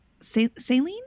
saline